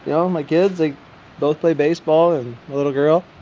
know my kids they both play baseball and a little girl.